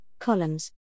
columns